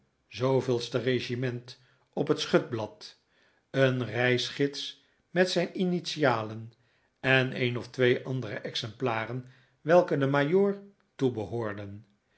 de reg op het schutblad een reisgids met zijn initialen en een of twee andere exemplaren welke den majoor toebehoorden